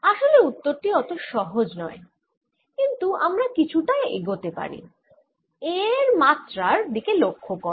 আসলে উত্তর টি অত সহজ নয় কিন্তু আমরা কিছুটা এগতে পারি A এর মাত্রার দিকে লক্ষ্য করে